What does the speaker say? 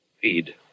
feed